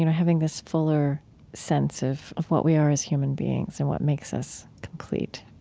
you know having this fuller sense of of what we are as human beings and what makes us complete